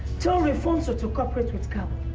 tell rufunsa to cooperate with kabwe